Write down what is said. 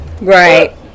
Right